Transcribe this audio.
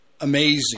Amazing